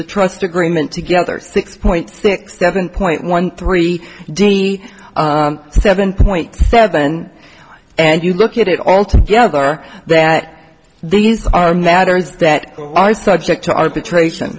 the trust agreement together six point six seven point one three d seven point seven and you look at it all together that these are matters that are subject to arbitration